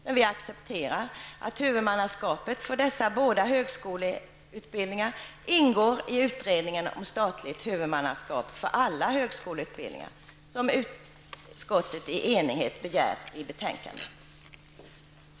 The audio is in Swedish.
Men vi accepterar att huvudmannaskapet för dessa båda högskoleutbildningar ingår i utredningen om statligt huvudmannaskap för alla högskoleutbildningar, som utskottet i enighet begär i betänkandet.